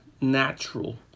natural